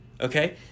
okay